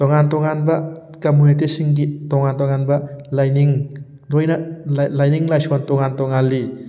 ꯇꯣꯉꯥꯟ ꯇꯣꯉꯥꯟꯕ ꯀꯝꯃꯨꯅꯤꯇꯤꯁꯁꯤꯡꯒꯤ ꯇꯣꯉꯥꯟ ꯇꯣꯉꯥꯟꯕ ꯂꯥꯏꯅꯤꯡ ꯂꯣꯏꯅ ꯂꯥꯏꯅꯤꯡ ꯂꯥꯏꯁꯣꯜ ꯇꯣꯉꯥꯟ ꯇꯣꯉꯥꯟꯂꯤ